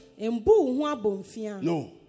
No